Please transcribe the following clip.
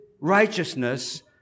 righteousness